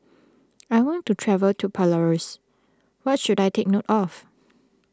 I want to travel to Belarus what should I take note of